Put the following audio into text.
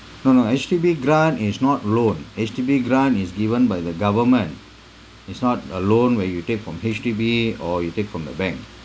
no no H_D_B grant is not loan H_D_B grant is given by the government it's not a loan where you take from H_D_B or you take from the bank